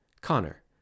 Connor